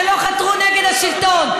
שלא חתרו נגד השלטון.